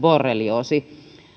borrelioosi